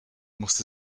musste